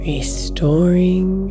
Restoring